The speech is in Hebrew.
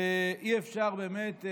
אי-אפשר באמת,